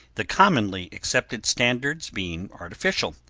the commonly accepted standards being artificial,